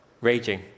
raging